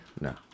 No